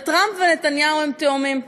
וטראמפ ונתניהו הם תאומים,